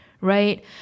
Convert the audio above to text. right